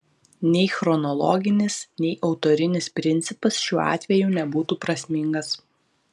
nei chronologinis nei autorinis principas šiuo atveju nebūtų prasmingas